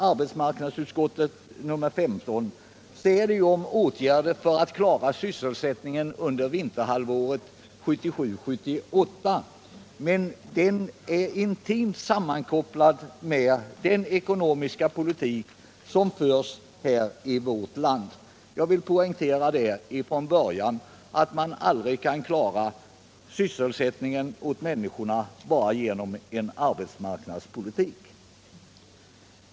Arbetsmarknadsutskottets betänkande nr 15, som vi nu behandlar, tar upp åtgärder för att klara sysselsättningen under vinterhalvåret 1977/78, men de åtgärderna är intimt sammankopplade med den ekonomiska politik som förs här i vårt land. Jag vill poängtera från början att man aldrig kan klara sysselsättningen åt människorna bara genom en arbetsmarknadspolitik.